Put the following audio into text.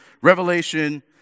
revelation